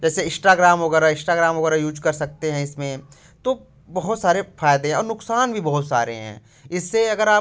जैसे इश्ट्राग्राम वगैरह इश्ट्राग्राम वगैरह यूज कर सकते हैं इसमें तो बहुत सारे फायदे और नुकसान भी बहुत सारे हैं इससे अगर आप